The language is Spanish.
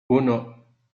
uno